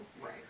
Right